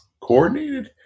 coordinated